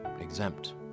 exempt